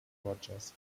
rogers